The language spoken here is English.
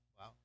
Wow